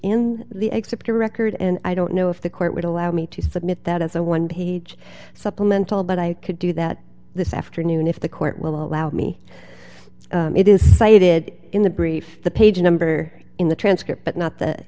in the except to record and i don't know if the court would allow me to submit that as a one page supplemental but i could do that this afternoon if the court will allow me it is cited in the brief the page number in the transcript but not that